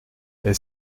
est